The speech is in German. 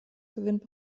gewinnt